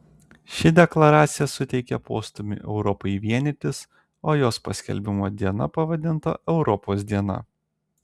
ši deklaracija suteikė postūmį europai vienytis o jos paskelbimo diena pavadinta europos diena